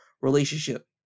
relationship